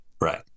Right